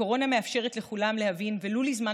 הקורונה מאפשרת לכולם להבין, ולו לזמן